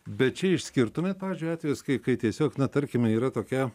bet čia išskirtumėt pavyzdžiui atvejus kai kai tiesiog na tarkime yra tokia